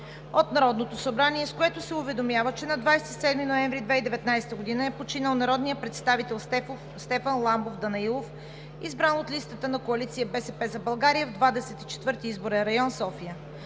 от Народното събрание, с което се уведомява, че на 27 ноември 2019 г. е починал народният представител Стефан Ламбов Данаилов, избран от листата на Коалиция „БСП за България“ в Двадесет и четвърти изборен район – София,